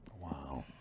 Wow